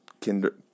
Kinder